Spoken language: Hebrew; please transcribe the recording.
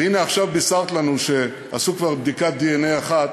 והנה, עכשיו בישרת לנו שעשו כבר בדיקת דנ"א אחת